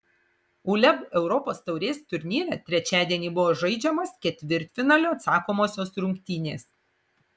uleb europos taurės turnyre trečiadienį buvo žaidžiamos ketvirtfinalio atsakomosios rungtynės